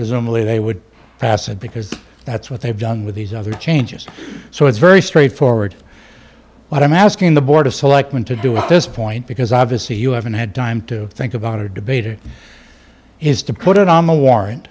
presumably they would pass it because that's what they've done with these other changes so it's very straightforward what i'm asking the board of selectmen to do with this point because obviously you haven't had time to think about or debate it is to put it on the warr